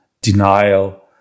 denial